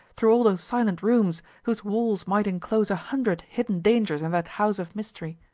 through all those silent rooms, whose walls might inclose a hundred hidden dangers in that house of mystery?